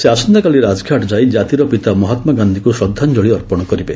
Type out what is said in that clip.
ସେ ଆସନ୍ତାକାଲି ରାଜଘାଟ ଯାଇ କାତିର ପିତା ମହାତ୍ଗାନ୍ଧିଙ୍କୁ ଶ୍ରଦ୍ଧାଞ୍ଜଳି ଅର୍ପଣ କରିବେ